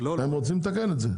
הם רוצים לתקן את זה.